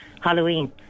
Halloween